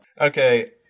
Okay